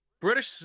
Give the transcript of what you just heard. British